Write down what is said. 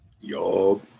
Yo